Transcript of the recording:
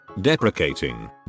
deprecating